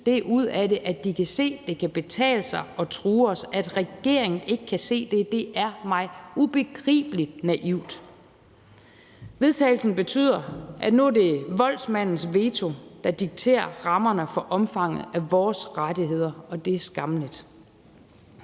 det ud af det, at de kan se, at det kan betale sig at true os. At regeringen ikke kan se det, er mig ubegribeligt naivt. Vedtagelsen betyder, at nu er det voldsmandens veto, der dikterer rammerne for omfanget af vores rettigheder, og det er skammeligt.